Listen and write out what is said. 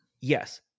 Yes